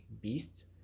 beast